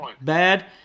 bad